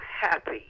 happy